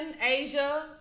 Asia